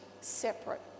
separate